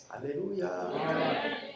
Hallelujah